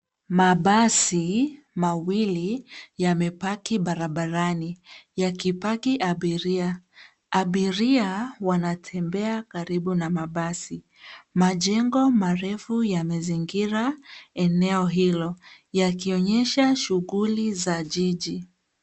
Mabasi mawili yame paki barabarani yaki paki abiria, Abiria wanatembea karibu na mabasi. Majengo marefu yamezingira eneo hilo yakionyesha shuguli za jiji.